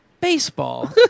baseball